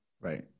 right